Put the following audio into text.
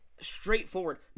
straightforward